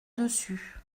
dessus